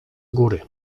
góry